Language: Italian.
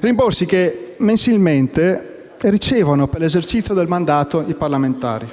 che mensilmente ricevono per l'esercizio del mandato di parlamentari.